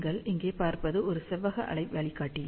நீங்கள் இங்கே பார்ப்பது ஒரு செவ்வக அலை வழிகாட்டி